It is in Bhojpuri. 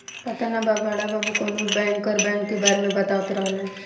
पाता ना बड़ा बाबु कवनो बैंकर बैंक के बारे में बतावत रहलन